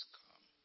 come